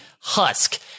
husk